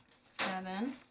seven